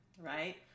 Right